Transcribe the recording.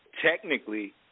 technically